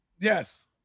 Yes